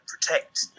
protect